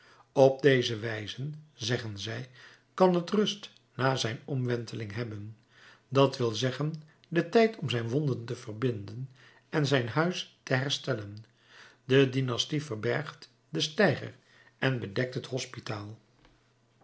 op deze wijze zeggen zij kan het rust na zijn omwenteling hebben dat wil zeggen den tijd om zijn wonden te verbinden en zijn huis te herstellen de dynastie verbergt den steiger en bedekt het hospitaal